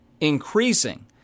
increasing